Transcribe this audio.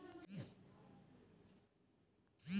खेत में जब फसल लगल होले तब ओ फसल पर भी कौनो लोन मिलेला का?